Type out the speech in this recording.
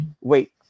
Wait